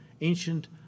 ancient